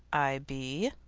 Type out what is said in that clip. i be,